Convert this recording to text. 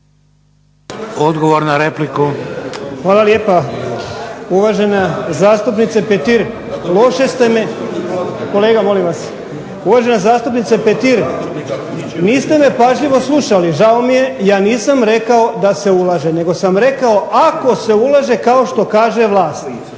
Odgovor na repliku. **Heffer, Goran (SDP)** Hvala lijepa uvažena zastupnica Petir, niste me pažljivo slušali, žao mi je ja nisam rekao da se ulaže, nego sam rekao, ako se ulaže kao što kaže vlast.